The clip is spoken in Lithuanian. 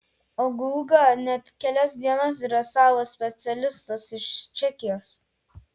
o gugą net kelias dienas dresavo specialistas iš čekijos